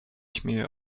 śmieje